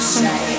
say